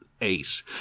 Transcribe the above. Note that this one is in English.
Ace